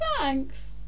Thanks